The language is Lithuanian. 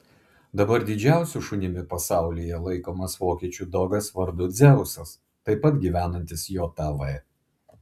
dabar didžiausiu šunimi pasaulyje laikomas vokiečių dogas vardu dzeusas taip pat gyvenantis jav